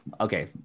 okay